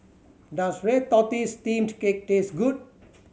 does red tortoise steamed cake taste good